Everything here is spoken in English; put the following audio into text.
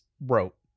wrote